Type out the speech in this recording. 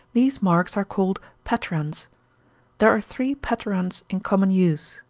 these marks are called patterans there are three patterans in common use.